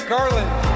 Garland